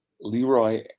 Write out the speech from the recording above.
Leroy